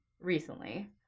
recently